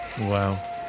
wow